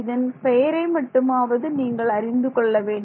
இதன் பெயரை மட்டுமாவது நீங்கள் அறிந்து கொள்ள வேண்டும்